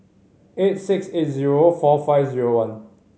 eight six eigh zero four five zero one